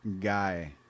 guy